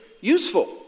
useful